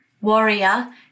Warrior